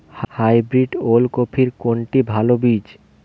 Hybrid ওল কপির কোনটি ভালো বীজ?